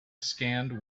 scanned